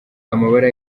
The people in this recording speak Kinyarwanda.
amabara